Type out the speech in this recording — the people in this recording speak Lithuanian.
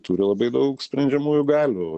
turi labai daug sprendžiamųjų galių